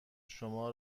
شما